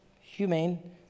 humane